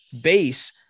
base